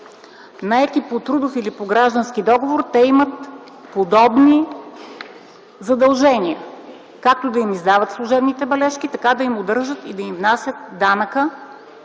наети по трудов или по граждански договор, те имат подобни задължения – както да им издават служебните бележки, така и да им удържат и да им внасят данъка